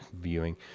Viewing